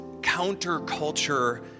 counterculture